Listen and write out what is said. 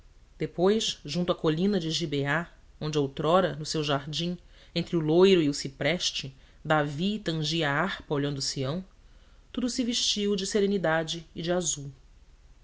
depois junto à colina de gibeá onde outrora no seu jardim entre o louro e o cipreste davi tangia harpa olhando sião tudo se vestiu de serenidade e de azul